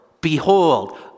Behold